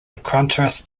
contrast